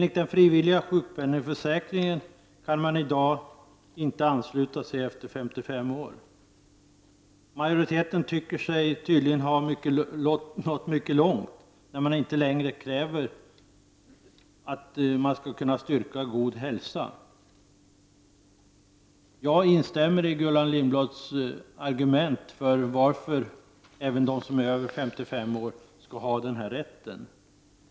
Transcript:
Till den frivilliga sjukpenningförsäkringen kan man i dag inte ansluta sig efter 55 års ålder. Majoriteten tycker sig tydligen ha gått mycket långt när den föreslår att det inte längre skall krävas att den som ansluter sig efter 55 års ålder skall kunna styrka att han har god hälsa. Jag instämmer i Gullan Lindblads argumentering för att även de som är över 55 år skall ha denna rätt.